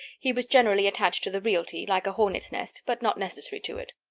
he was generally attached to the realty, like a hornet's nest, but not necessary to it.